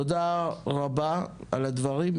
תודה רבה על הדברים.